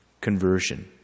conversion